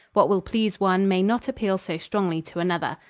what will please one may not appeal so strongly to another.